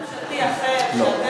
לא.